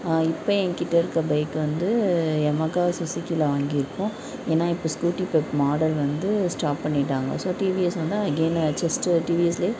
இப்போ என்கிட்ட இருக்கிற பைக் வந்து எமாகா சுஸூகில வாங்கியிருக்கோம் ஏன்னா இப்போ ஸ்கூட்டி பெப்பு மாடல் வந்து ஸ்டாப் பண்ணிட்டாங்கள் ஸோ டிவிஎஸ் வந்து அகைன்னு ஜெஸ்ட்டு டிவிஎஸ்லயே